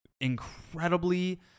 incredibly